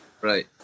Right